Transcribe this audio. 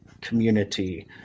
community